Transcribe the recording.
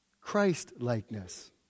Christ-likeness